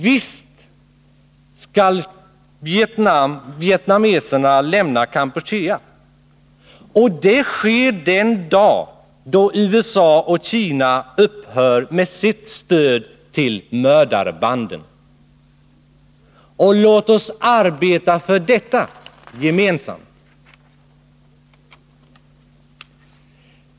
Visst skall vietnameserna lämna Kampuchea, och det sker den dag då USA och Kina upphör med sitt stöd till mördarbanden. Låt oss arbeta för detta gemensamt!